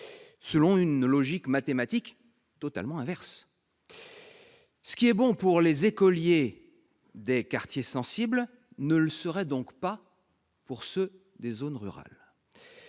selon une logique mathématique totalement inverse. Ce qui est bon pour les écoliers des quartiers sensibles ne le serait donc pas pour ceux des zones rurales